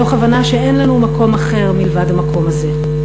מתוך הבנה שאין לנו מקום אחר מלבד המקום הזה.